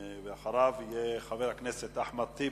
ואחריו, חבר הכנסת אחמד טיבי,